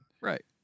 Right